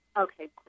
Okay